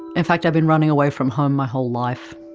in fact, i've been running away from home my whole life.